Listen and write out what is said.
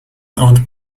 owned